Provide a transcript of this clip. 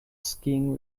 skiing